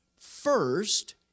first